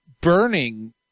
burning